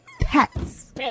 pets